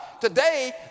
Today